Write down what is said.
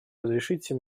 разрешите